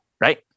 right